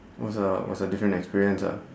was a was a different experience ah